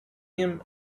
him